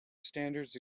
standards